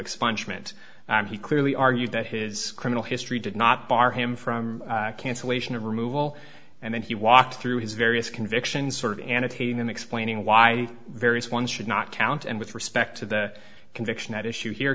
expungement he clearly argued that his criminal history did not bar him from cancellation of removal and then he walked through his various convictions sort of annotating in explaining why various ones should not count and with respect to the conviction at issue here